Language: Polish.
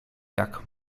jak